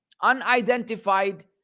unidentified